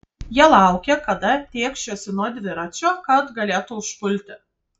jie laukė kada tėkšiuosi nuo dviračio kad galėtų užpulti